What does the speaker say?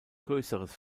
größeres